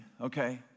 okay